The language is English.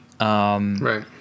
right